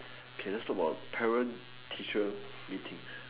okay let's talk about parent teacher meetings